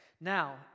now